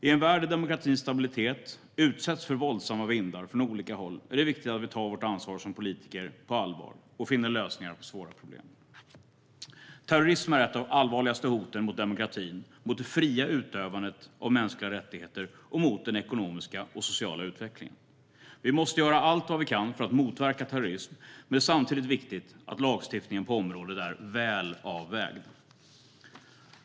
I en värld där demokratins stabilitet utsätts för våldsamma vindar från olika håll är det viktigt att vi tar vårt ansvar som politiker på allvar och finner lösningar på svåra problem. Terrorism är ett av de allvarligaste hoten mot demokratin, mot det fria utövandet av mänskliga rättigheter och mot den ekonomiska och sociala utvecklingen. Vi måste göra allt vi kan för att motverka terrorism, men det är samtidigt viktigt att lagstiftningen på området är väl avvägd.